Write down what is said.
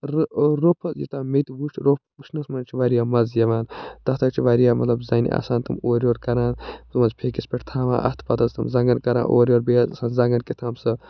رٕ روٚف یوتام مےٚ تہِ وٕچھ روٚف وٕچھنَس منٛز چھِ واریاہ مَزٕ یِوان تَتھ حظ چھِ واریاہ مطلب زَنہِ آسان تِم اوٚرٕ یور کران فٮ۪کِس پٮ۪ٹھ تھاوان اَتھٕ پتہٕ حظ تِم زَنٛگَن کران اورٕ یور بیٚیہِ حظ آسان زَنٛگَن کہتام سُہ